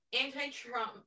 anti-Trump